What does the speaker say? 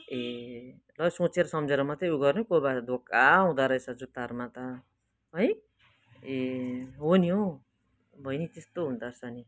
ए ल सोचेर सम्झेर मात्रै ऊ यो गर्नु है कोही बेला धोका हुँदो रहेछ जुत्ताहरूमा त है ए होनि हौ बहिनी त्यस्तो हुँदो रहेछ नि